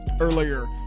earlier